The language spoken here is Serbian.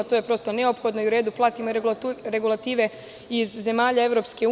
To je prosto neophodno i u redu, pratimo regulative iz zemalja EU.